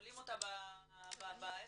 תולים אותה איפה?